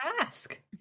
ask